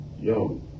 yo